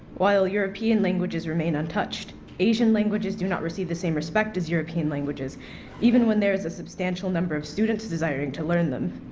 while european languages remain untouched. asian languages do not receive the same respect as european languages even when there is a substantial number of students desiring to learn them.